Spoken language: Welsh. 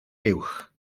uwch